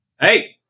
Hey